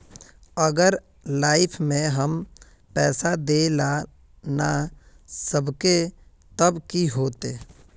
अगर लाइफ में हैम पैसा दे ला ना सकबे तब की होते?